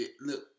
look